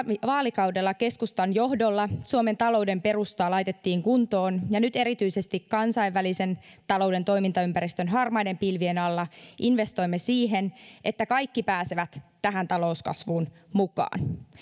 vaalikaudella keskustan johdolla suomen talouden perustaa laitettiin kuntoon ja nyt erityisesti kansainvälisen talouden toimintaympäristön harmaiden pilvien alla investoimme siihen että kaikki pääsevät tähän talouskasvuun mukaan